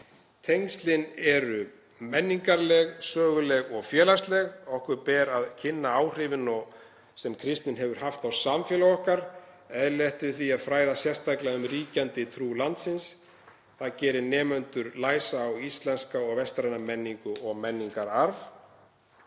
Tengslin eru menningarleg, söguleg og félagsleg. Okkur ber að kynna áhrifin sem kristnin hefur haft á samfélag okkar. Eðlilegt er því að fræða sérstaklega um ríkjandi trú landsins. Það gerir nemendur læsa á íslenska og vestræna menningu og menningararf.